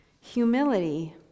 humility